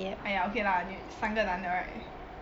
!aiya! okay lah sa~ 三个男的 right